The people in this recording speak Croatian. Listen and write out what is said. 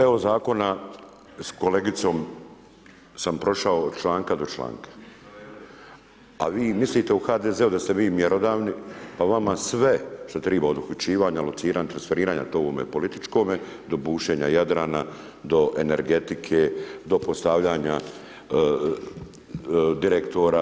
Evo zakona s kolegicom sam prošao od članka do članka, a vi mislite u HDZ-u da ste vi mjerodavni, pa vama sve što triba od uključivanja, lociranja, transferiranja to u ovome političkome, do bušenja Jadrana, do energetike, do postavljanja direktora.